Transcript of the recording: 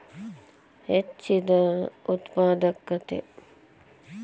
ಹೆಚ್ಚಿದ ಉತ್ಪಾದಕತೆ